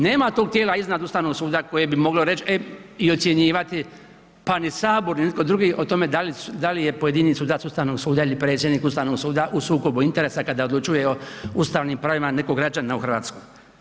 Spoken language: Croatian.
Nema tog tijela iznad Ustavnog suda koje bi moglo reći i ocjenjivati, pa ni Sabor ni nitko drugi o tome da li je pojedini sudac Ustavnog suda ili predsjednik Ustavnog suda u sukobu interesa kada odlučuje o ustavnim pravima nekog građanina u Hrvatskoj.